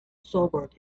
sobered